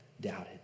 doubted